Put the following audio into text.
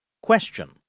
Question